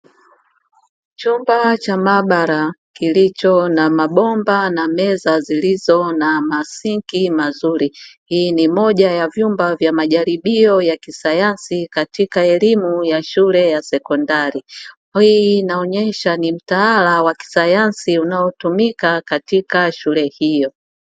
Chumba cha maabara kilicho na mabomba na meza zilizo na masinki mazuri hii ni moja ya vyumba vya majaribio ya kisayansi katika elimu ya shule ya sekondari hii inaonesha ni mtaala wa kisayansi unaotumika katika shule hiyo.